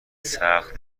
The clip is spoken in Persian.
سخت